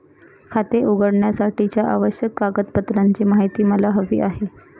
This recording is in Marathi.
खाते उघडण्यासाठीच्या आवश्यक कागदपत्रांची माहिती मला हवी आहे